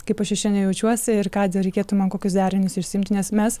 kaip aš čia šiandien jaučiuosi ir ką reikėtų man kokius derinius išsiimti nes mes